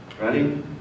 ready